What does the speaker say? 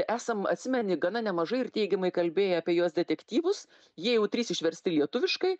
esam atsimeni gana nemažai ir teigiamai kalbėję apie jos detektyvus jie jau trys išversti lietuviškai